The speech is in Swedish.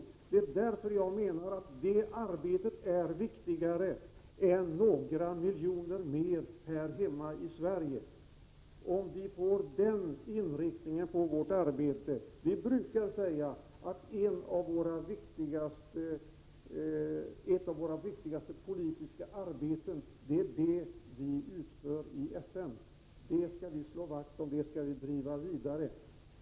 Jag menar att en sådan inriktning av vårt arbete är viktigare än några miljoner mer här hemma i Sverige. Vi brukar säga att det arbete som vi utför i FN är ett av våra viktigaste politiska uppdrag. Det arbetet skall vi slå vakt om och driva vidare.